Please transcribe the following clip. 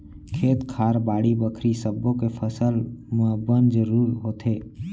खेत खार, बाड़ी बखरी सब्बो के फसल म बन जरूर होथे